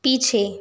पीछे